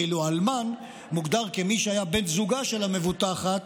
ואילו אלמן מוגדר כמי שהיה בן זוגה של המבוטחת